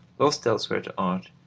lost elsewhere to art,